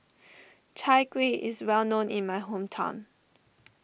Chai Kuih is well known in my hometown